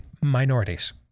minorities